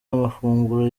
amafunguro